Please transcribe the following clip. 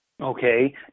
Okay